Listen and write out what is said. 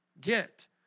get